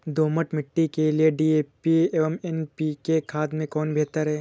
दोमट मिट्टी के लिए डी.ए.पी एवं एन.पी.के खाद में कौन बेहतर है?